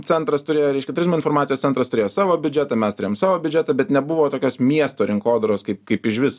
centras turėjo reiškia turizmo informacijos centras turėjo savo biudžetą mes turėjom savo biudžetą bet nebuvo tokios miesto rinkodaros kaip kaip išvis